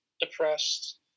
depressed